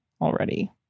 already